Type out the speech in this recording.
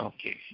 Okay